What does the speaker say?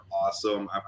awesome